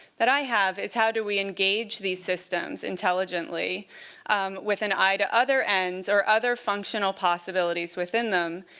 that i have is, how do we engage these systems intelligently with an eye to other ends or other functional possibilities within them,